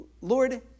Lord